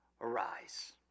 Arise